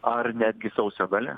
ar netgi sausio gale